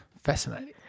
Fascinating